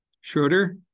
Schroeder